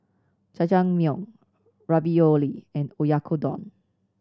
Jajangmyeon Ravioli and Oyakodon